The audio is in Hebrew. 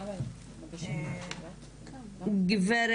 גב'